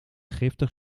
giftig